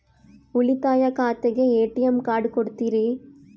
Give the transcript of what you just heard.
ಉಳಿತಾಯ ಖಾತೆಗೆ ATM card ಕೊಡ್ತೇರಿ?